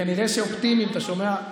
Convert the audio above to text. כנראה שאופטימיים, אתה שומע,